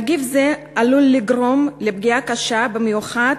נגיף זה עלול לגרום לפגיעה קשה במיוחד,